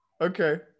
okay